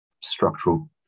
structural